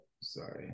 sorry